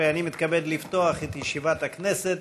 מתכבד לפתוח את ישיבת הכנסת.